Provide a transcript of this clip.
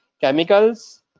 chemicals